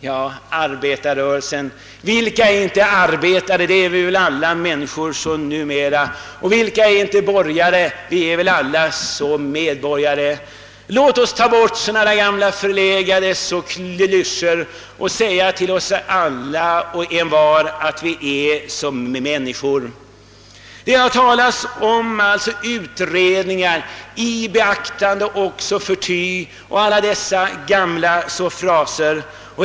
Ja, arbetarrörelsen! Vilka är inte arbetare? Det är väl alla människor numera. Vilken är inte borgare? Vi är väl alla medborgare. Låt oss ta bort sådana där gamla förlegade klyschor och säga till varandra att vi alla är människor — medmänniskor. Det har talats om utredningar, men det har då använts uttryck som »i beaktande av», »förty» och alla dessa gamla fraser.